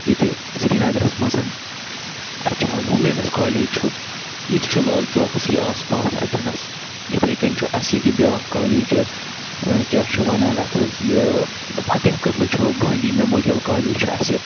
ییٚتہِ سرینَگرَس منٛز اَچھا وُمٮ۪نٕز کالیج چھُ یہِ ییٚتہِ چھُ لال چوکس آس پاس اَتھٮ۪نَس اِتھَے کٔنۍ چھُ اَسہِ ییٚتہِ بیٚاکھ کالیج کیٛاہ چھِ وَنان اَتھ حظ یہِ فَتح قدلہٕ چھُ گاندی میموریَل کالیج چھُ اَسہِ